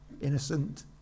innocent